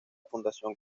fundación